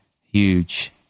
huge